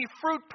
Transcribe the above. fruit